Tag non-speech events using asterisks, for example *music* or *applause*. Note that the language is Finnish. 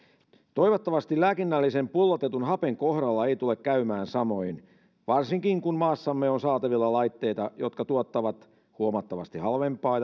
toivottavasti lääkinnällisen pullotetun hapen kohdalla ei tule käymään samoin varsinkin kun maassamme on saatavilla laitteita jotka tuottavat huomattavasti halvempaa *unintelligible*